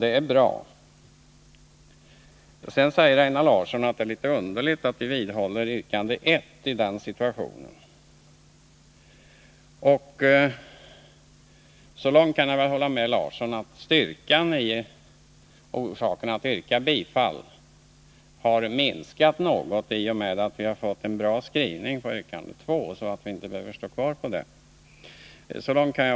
Einar Larsson säger att det är litet underligt att vi i denna situation vidhåller yrkande 1. Så långt kan jag hålla med Einar Larsson att styrkan i yrkandet och orsakerna till att yrka bifall till detta har minskat något i och med att vi har fått en så bra skrivning när det gäller yrkande 2 att vi inte behöver stå kvar vid detta.